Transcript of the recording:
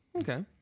Okay